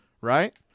right